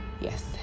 Yes